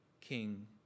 king